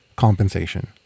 compensation